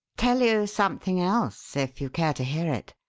tell you something else if you care to hear it.